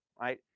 right